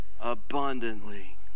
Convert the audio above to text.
Abundantly